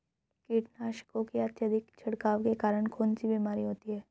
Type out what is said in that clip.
कीटनाशकों के अत्यधिक छिड़काव के कारण कौन सी बीमारी होती है?